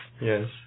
Yes